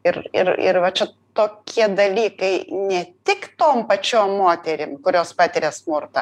ir ir ir va čia tokie dalykai ne tik tom pačiom moterim kurios patiria smurtą